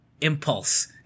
impulse